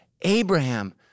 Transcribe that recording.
Abraham